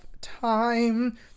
time